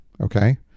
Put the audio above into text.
okay